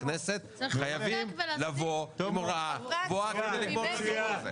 כנסת חייבים לבוא עם הוראה קבועה כדי לגמור את הסיפור הזה.